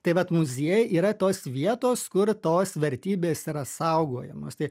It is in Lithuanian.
tai vat muziejai yra tos vietos kur tos vertybės yra saugojamos tiek